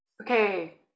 okay